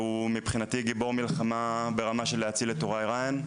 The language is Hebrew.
שהוא מבחינתי גיבור מלחמה ברמה של 'להציל את טוראי ריאן',